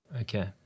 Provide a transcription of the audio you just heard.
Okay